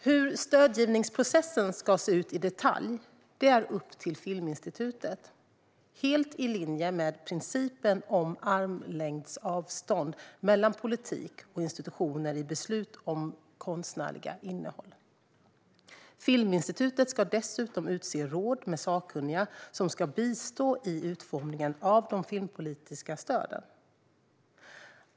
Hur stödgivningsprocessen ska se ut i detalj är upp till Filminstitutet, helt i linje med principen om armlängds avstånd mellan politik och institutioner i beslut om det konstnärliga innehållet. Filminstitutet ska dessutom utse råd med sakkunniga som ska bistå i utformningen av de filmpolitiska stöden.